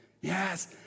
yes